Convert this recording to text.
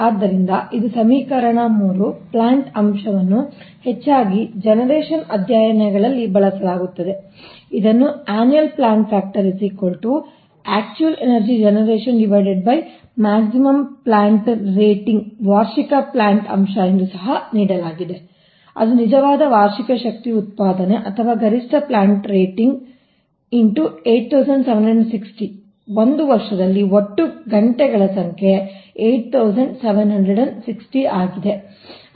ಆದ್ದರಿಂದ ಇದು ಸಮೀಕರಣ 3 ಪ್ಲಾಂಟ್ ಅಂಶವನ್ನು ಹೆಚ್ಚಾಗಿ ಜನರೇಶನ್ ಅಧ್ಯಯನಗಳಲ್ಲಿ ಬಳಸಲಾಗುತ್ತದೆ ಇದನ್ನು ವಾರ್ಷಿಕ ಪ್ಲಾಂಟ್ ಅಂಶ ಎಂದು ಸಹ ನೀಡಲಾಗಿದೆ ಅದು ನಿಜವಾದ ವಾರ್ಷಿಕ ಶಕ್ತಿ ಉತ್ಪಾದನೆ ಅಥವಾ ಗರಿಷ್ಠ ಪ್ಲಾಂಟ್ ರೇಟಿಂಗ್ X 8760 ಒಂದು ವರ್ಷದಲ್ಲಿ ಒಟ್ಟು ಗಂಟೆಗಳ ಸಂಖ್ಯೆ 8760 ಆಗಿದೆ